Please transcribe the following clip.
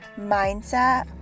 mindset